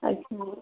अच्छा